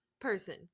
Person